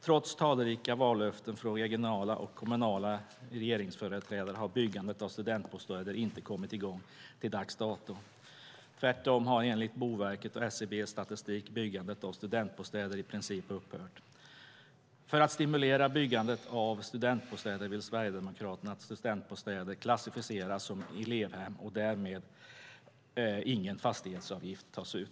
Trots talrika vallöften från regionala och kommunala regeringsföreträdare har byggandet av studentbostäder inte kommit i gång till dags dato. Tvärtom har enligt Boverkets och SCB:s statistik byggandet av studentbostäder i princip upphört. För att stimulera byggandet av studentbostäder vill Sverigedemokraterna att studentbostäder klassificeras som elevhem, där ingen fastighetsavgift tas ut.